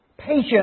patient